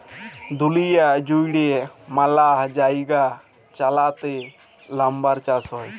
দুঁলিয়া জুইড়ে ম্যালা জায়গায় চাইলাতে লাম্বার চাষ হ্যয়